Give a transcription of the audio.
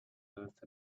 earth